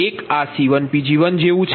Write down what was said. એક આ C1Pg1 જેવું છે